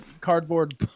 cardboard